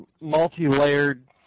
multi-layered